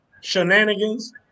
shenanigans